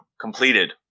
completed